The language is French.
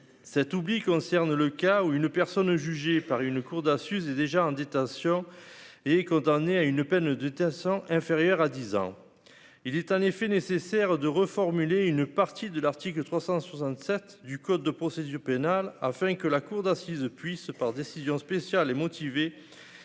cet oubli concerne le cas où une personne jugée par une cour d'ASUS et déjà en détention et est condamné à une peine d'UTA 100 inférieur à 10 ans il est en effet nécessaire de reformuler une partie de l'article 367 du code de procédure pénale afin que la cour d'assises, puis se par décision spéciale et motivée,